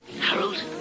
Harold